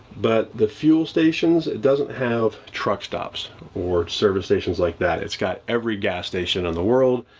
but the fuel stations, it doesn't have truck stops or service stations like that. it's got every gas station on the world,